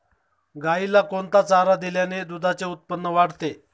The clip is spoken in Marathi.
गाईला कोणता चारा दिल्याने दुधाचे उत्पन्न वाढते?